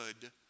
good